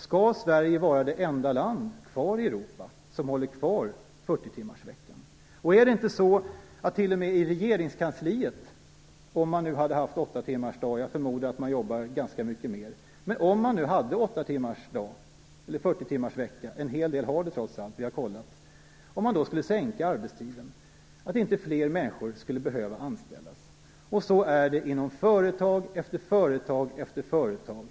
Skall Sverige vara det enda land i Europa som håller kvar 40-timmarsveckan? Är det inte så t.o.m. i regeringskansliet, att om man hade haft 8-timmarsdag - jag förmodar att man jobbar ganska mycket mer, men en hel del har trots allt 40-timmarsvecka, det har vi kollat - och man skulle sänka arbetstiden, skulle det behöva anställas fler människor? Så är det inom företag efter företag.